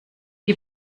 die